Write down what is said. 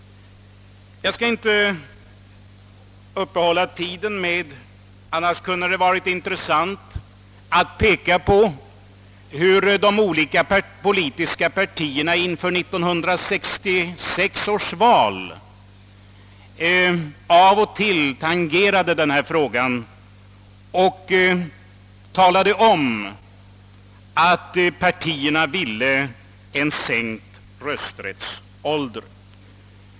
Jag skall inte längre uppehålla kammaren; annars kunde det ha varit intressant att peka på de olika politiska partiernas uttalanden inför 1966 års val om sänkt rösträttsålder.